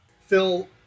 Phil